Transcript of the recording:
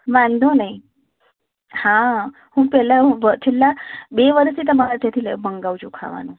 વાંધો નહીં હા હું પહેલાં છેલ્લાં બે વર્ષથી તમારા ત્યાંથી લ મગાવું છું ખાવાનું